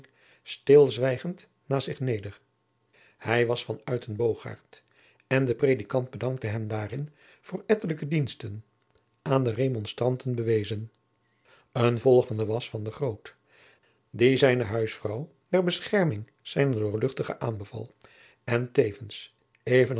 stilzwijgend naast zich neder hij was van uytenbogaert en de predikant bedankte hem daarin voor ettelijke diensten aan de remonstranten bewezen een volgende was van de groot die zijne huisvrouw der bescherming zijner doorl aanbeval en tevens even